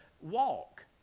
walk